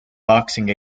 boxing